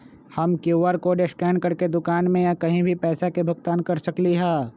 हम QR code scan करके दुकान में या कहीं भी पैसा के भुगतान कर सकली ह?